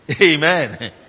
Amen